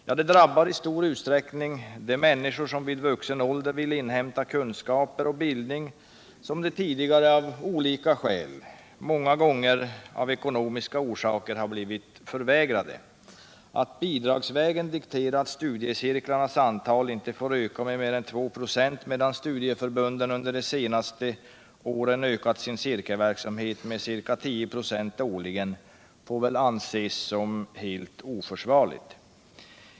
Ja, den drabbar i stor utsträckning de människor som vid vuxen ålder vill inhämta kunskaper och bildning som de tidigare av olika skäl - många gånger ekonomiska — har blivit förvägrade. Att bidragsvägen diktera att studiecirklarnas antal inte får öka med mer än 2 "a, medan studieförbunden under de senaste åren ökat sin cirkelverksamhet med ca 10 ?5 årligen, får anses som helt oförsvarligt.